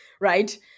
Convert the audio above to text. right